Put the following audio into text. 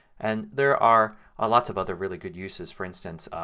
and there are ah lots of other really good uses. for instance,